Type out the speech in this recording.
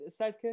sidekick